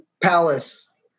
Palace